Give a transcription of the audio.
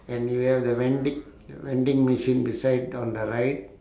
anyway the vending vending machine beside on the right